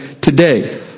today